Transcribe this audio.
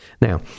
Now